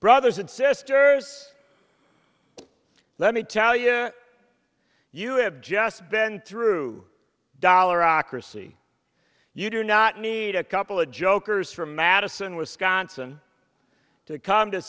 brothers and sisters let me tell you you have just been through dollar ocracy you do not need a couple of jokers from madison wisconsin to come to